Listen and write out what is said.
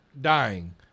dying